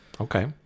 Okay